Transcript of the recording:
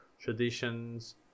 traditions